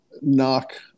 knock